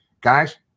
Guys